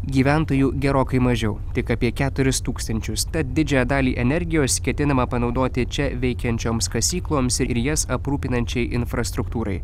gyventojų gerokai mažiau tik apie keturis tūkstančius tad didžiąją dalį energijos ketinama panaudoti čia veikiančioms kasykloms ir jas aprūpinančiai infrastruktūrai